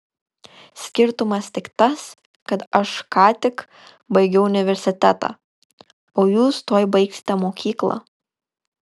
skirtumas tik tas kad aš ką tik baigiau universitetą o jūs tuoj baigsite mokyklą